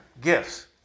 gifts